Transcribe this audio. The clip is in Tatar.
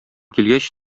килгәч